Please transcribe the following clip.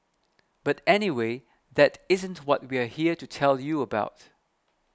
but anyway that isn't what we're here to tell you about